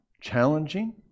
challenging